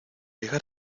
llegar